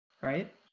Right